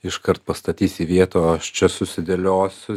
iškart pastatys į vietą o aš čia susidėliosiu